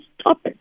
stop